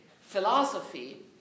philosophy